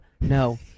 No